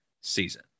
season